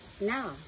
Now